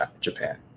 Japan